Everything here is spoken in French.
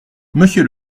monsieur